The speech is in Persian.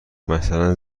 مثلا